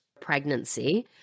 pregnancy